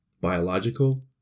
biological